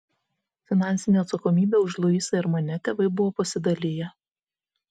finansinę atsakomybę už luisą ir mane tėvai buvo pasidaliję